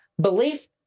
belief